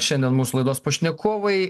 šiandien mūsų laidos pašnekovai